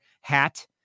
hat